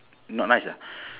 not nice ah